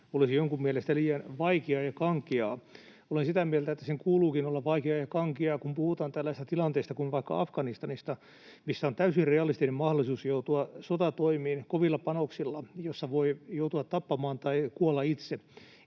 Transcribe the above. olisi jonkun mielestä liian vaikeaa ja kankeaa. Olen sitä mieltä, että sen kuuluukin olla vaikeaa ja kankeaa, kun puhutaan tällaisista tilanteista kuin on vaikka Afganistanissa, missä on täysin realistinen mahdollisuus joutua sotatoimiin kovilla panoksilla, missä voi joutua tappamaan tai kuolla itse.